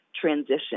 transition